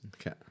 Okay